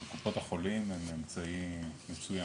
קופות החולים הם אמצעי מצוין.